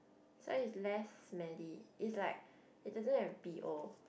so is less smelly is like it doesn't have B_O